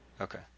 okay